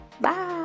Bye